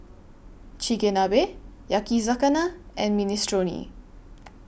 Chigenabe Yakizakana and Minestrone